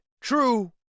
True